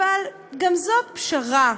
אבל גם זאת פשרה,